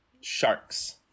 Sharks